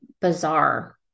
bizarre